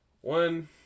One